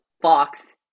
Fox